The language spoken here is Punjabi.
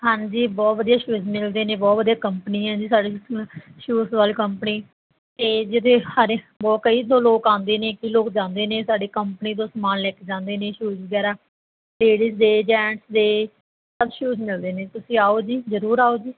ਹਾਂਜੀ ਬਹੁਤ ਵਧੀਆ ਸ਼ੂਜ਼ ਮਿਲਦੇ ਨੇ ਬਹੁਤ ਵਧੀਆ ਕੰਪਨੀਆਂ ਜੀ ਸਾਡੇ ਸ਼ੂ ਸ਼ੂਜ਼ ਵਾਲੀ ਕੰਪਨੀ ਅਤੇ ਜਿਹਦੇ ਹਰ ਬਹੁਤ ਕਈ ਲੋਕ ਆਉਂਦੇ ਨੇ ਕਈ ਲੋਕ ਜਾਂਦੇ ਨੇ ਸਾਡੇ ਕੰਪਨੀ ਤੋਂ ਸਮਾਨ ਲੈ ਕੇ ਜਾਂਦੇ ਨੇ ਸ਼ੂਜ਼ ਵਗੈਰਾ ਲੇਡੀਜ ਦੇ ਜੈਂਟਸ ਦੇ ਸਭ ਸ਼ੂਜ਼ ਮਿਲਦੇ ਨੇ ਤੁਸੀਂ ਆਓ ਜੀ ਜ਼ਰੂਰ ਆਓ ਜੀ